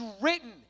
written